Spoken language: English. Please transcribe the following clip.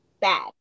bad